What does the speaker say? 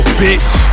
bitch